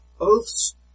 oaths